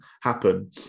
happen